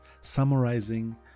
summarizing